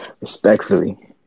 respectfully